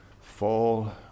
fall